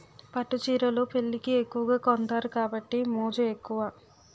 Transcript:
పట్టు చీరలు పెళ్లికి ఎక్కువగా కొంతారు కాబట్టి మోజు ఎక్కువ